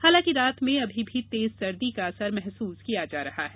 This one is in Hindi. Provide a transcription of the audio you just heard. हालांकि रात में अभी भी तेज सर्दी का असर महसूस किया जा रहा है